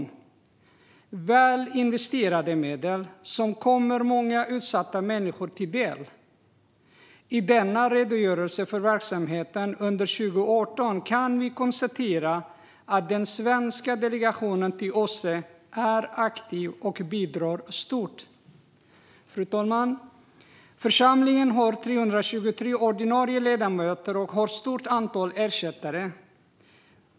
Det är väl investerade medel, som kommer många utsatta människor till del. I denna redogörelse för verksamheten under 2018 kan vi konstatera att den svenska delegationen till OSSE är aktiv och bidrar stort. Fru talman! Församlingen har 323 ordinarie ledamöter och ett stort antal ersättare.